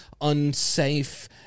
unsafe